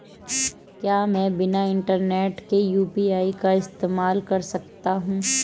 क्या मैं बिना इंटरनेट के यू.पी.आई का इस्तेमाल कर सकता हूं?